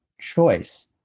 choice